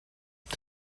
spa